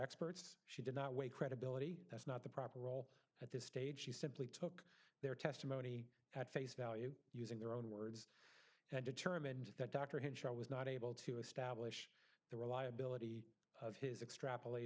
experts she did not weigh credibility that's not the proper role at this stage she simply their testimony at face value using their own words and determined that dr hinshaw was not able to establish the reliability of his extrapolat